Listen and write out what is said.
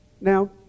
Now